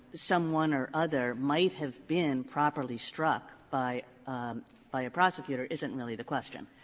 someone or other might have been properly struck by by prosecutor isn't really the question.